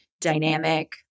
dynamic